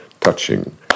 touching